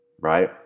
Right